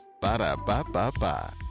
Ba-da-ba-ba-ba